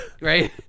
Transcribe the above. right